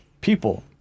people